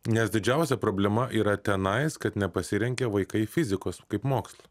nes didžiausia problema yra tenais kad nepasirinkę vaikai fizikos kaip mokslo